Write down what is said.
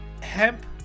hemp